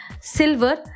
silver